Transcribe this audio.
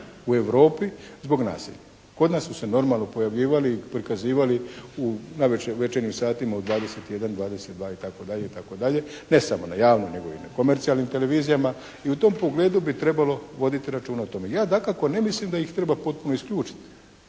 u Europi zbog nasilja. Kod nas su se normalno pojavljivali i prikazivali u navečer, u večernjim satima u 21, 22, itd., itd. Ne samo na javnoj nego i na komercijalnim televizijama i u tom pogledu bi trebalo voditi računa o tome. Ja dakako ne mislim da ih treba potpuno isključiti.